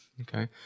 okay